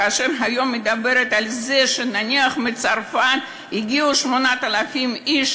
כאשר היא מדברת היום על זה שנניח מצרפת הגיעו 8,000 איש,